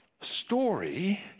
story